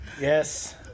Yes